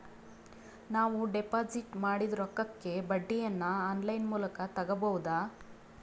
ನಾವು ಡಿಪಾಜಿಟ್ ಮಾಡಿದ ರೊಕ್ಕಕ್ಕೆ ಬಡ್ಡಿಯನ್ನ ಆನ್ ಲೈನ್ ಮೂಲಕ ತಗಬಹುದಾ?